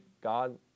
God